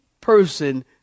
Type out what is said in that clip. person